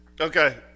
Okay